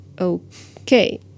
okay